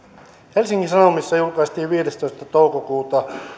helsingin sanomissa julkaistiin viidestoista toukokuuta